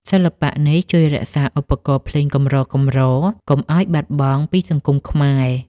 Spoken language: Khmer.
សិល្បៈនេះជួយរក្សាឧបករណ៍ភ្លេងកម្រៗ កុំឱ្យបាត់បង់ពីសង្គមខ្មែរ។